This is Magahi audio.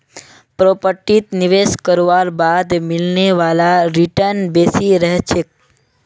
प्रॉपर्टीत निवेश करवार बाद मिलने वाला रीटर्न बेसी रह छेक